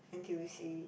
n_t_u_c